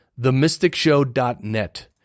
themysticshow.net